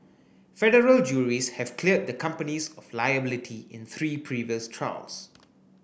federal juries have cleared the companies of liability in three previous trials